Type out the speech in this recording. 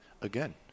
again